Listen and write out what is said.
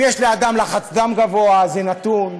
אם יש לאדם לחץ דם גבוה, זה נתון,